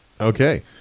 Okay